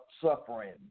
suffering